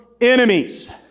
enemies